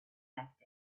left